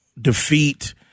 defeat